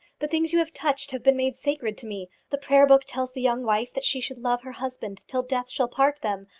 the things you have touched have been made sacred to me. the prayer-book tells the young wife that she should love her husband till death shall part them.